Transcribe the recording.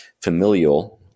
familial